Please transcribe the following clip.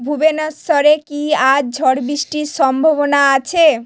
ভুবেনশ্বরে কি আজ ঝড় বৃষ্টির সম্ভবনা আছে